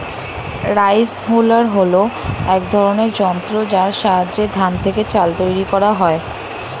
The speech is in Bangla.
রাইস হুলার হল এক ধরনের যন্ত্র যার সাহায্যে ধান থেকে চাল তৈরি করা হয়